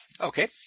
Okay